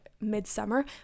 midsummer